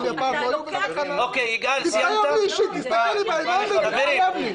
שה --- תסתכל לי בעיניים ותתחייב לי.